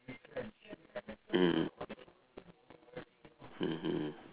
mm mmhmm